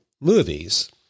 movies